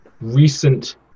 recent